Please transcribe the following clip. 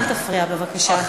חבר הכנסת חזן, אל תפריע בבקשה.